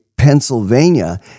Pennsylvania